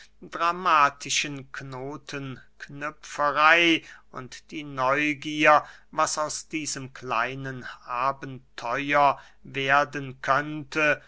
dramatischen knotenknüpferey und die neugier was aus diesem kleinen abenteuer werden könnte